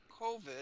COVID